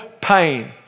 pain